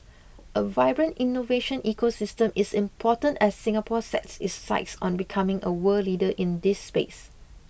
a vibrant innovation ecosystem is important as Singapore sets its sights on becoming a world leader in this space